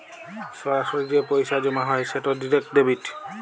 সরাসরি যে পইসা জমা হ্যয় সেট ডিরেক্ট ডেবিট